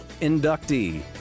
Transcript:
inductee